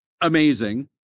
amazing